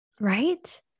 Right